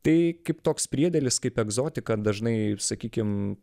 tai kaip toks priedėlis kaip egzotika dažnai ir sakykim